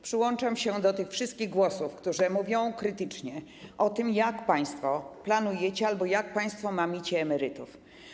Przyłączam się do tych wszystkich głosów osób, które mówią krytycznie o tym, jak państwo planujecie albo jak państwo mamicie emerytów.